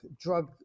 drug